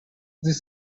this